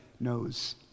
knows